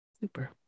Super